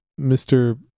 Mr